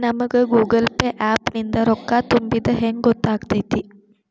ನಮಗ Google Pay app ನಿಂದ ರೊಕ್ಕಾ ತುಂಬಿದ್ದ ಹೆಂಗ್ ಗೊತ್ತ್ ಆಗತೈತಿ?